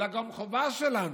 אלא גם חובה שלנו,